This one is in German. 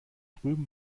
drüben